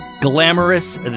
glamorous